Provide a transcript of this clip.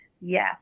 yes